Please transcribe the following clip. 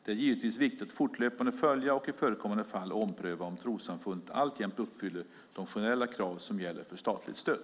Det är givetvis viktigt att fortlöpande följa, och i förekommande fall ompröva, om trossamfundet alltjämt uppfyller de generella krav som gäller för statligt stöd.